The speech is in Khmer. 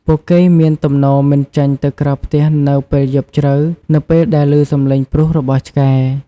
ពួកគេមានទំនោរមិនចេញទៅក្រៅផ្ទះនៅពេលយប់ជ្រៅនៅពេលដែលឮសំឡេងព្រុសរបស់ឆ្កែ។